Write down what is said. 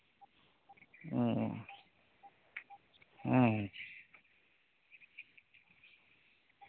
ᱦᱩᱸ ᱦᱩᱸ